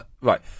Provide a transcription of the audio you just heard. Right